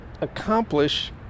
accomplish